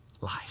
life